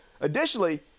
Additionally